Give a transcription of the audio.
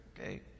Okay